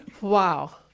Wow